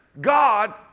God